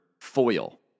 foil